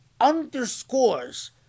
underscores